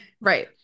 Right